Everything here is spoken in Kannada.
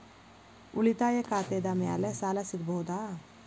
ಉಳಿತಾಯ ಖಾತೆದ ಮ್ಯಾಲೆ ಸಾಲ ಸಿಗಬಹುದಾ?